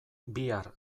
bihar